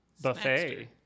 buffet